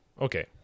Okay